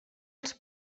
els